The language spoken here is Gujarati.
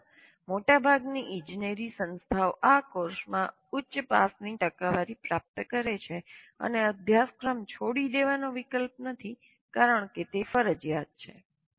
ભારતમાં મોટાભાગની ઇજનેરી સંસ્થાઓ આ કોર્સમાં ઉચ્ચ પાસની ટકાવારી પ્રાપ્ત કરે છે અને અભ્યાસક્રમ છોડી દેવાનો વિકલ્પ નથી કારણ કે તે ફરજિયાત છે